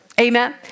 Amen